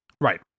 Right